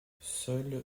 seules